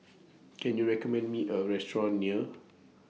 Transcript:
Can YOU recommend Me A Restaurant near